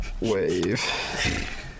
wave